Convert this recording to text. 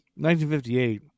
1958